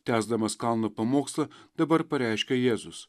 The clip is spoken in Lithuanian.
tęsdamas kalno pamokslą dabar pareiškia jėzus